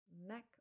neck